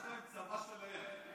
יש להם צבא שלהם.